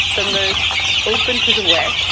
the most open to the west,